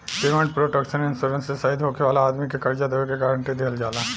payment protection insurance से शहीद होखे वाला आदमी के कर्जा देबे के गारंटी दीहल जाला